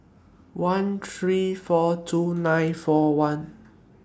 one three four two nine four one